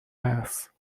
هست